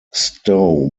stowe